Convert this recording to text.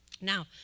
Now